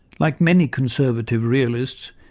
like many conservative realists,